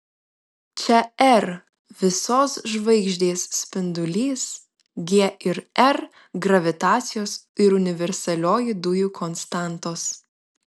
čia r visos žvaigždės spindulys g ir r gravitacijos ir universalioji dujų konstantos